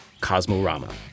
Cosmorama